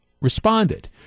responded